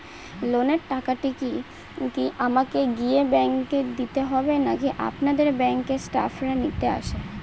লোনের টাকাটি কি আমাকে গিয়ে ব্যাংক এ দিতে হবে নাকি আপনাদের ব্যাংক এর স্টাফরা নিতে আসে?